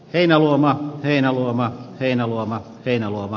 heinäluoma heinäluoma heinäluoma keinuva